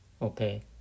Okay